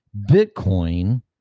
bitcoin